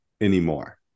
anymore